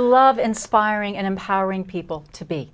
love inspiring and empowering people to be